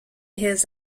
his